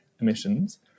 emissions